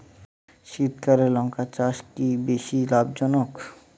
শীতকালে লঙ্কা চাষ কি বেশী লাভজনক?